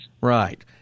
Right